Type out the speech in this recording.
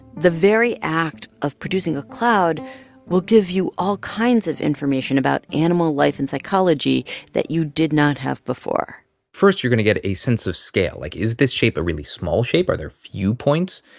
the very act of producing a cloud will give you all kinds of information about animal life and psychology that you did not have before first, you're going to get a sense of scale. like, is this shape a really small shape? are there few points?